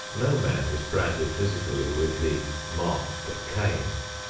no man is branded physically with the mark of cain.